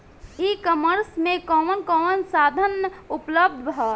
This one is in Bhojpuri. ई कॉमर्स में कवन कवन साधन उपलब्ध ह?